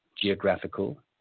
geographical